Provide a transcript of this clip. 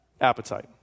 appetite